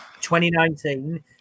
2019